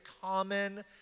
common